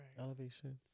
Elevation